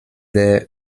der